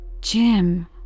Jim